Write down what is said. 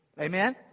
Amen